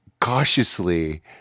cautiously